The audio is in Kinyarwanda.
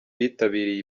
bitabiriye